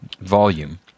volume